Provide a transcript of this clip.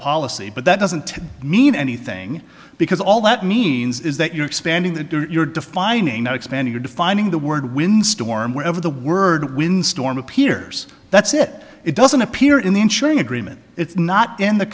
policy but that doesn't mean anything because all that means is that you're expanding that you're defining now expanding or defining the word windstorm wherever the word wind storm appears that's it it doesn't appear in the ensuring agreement it's not in the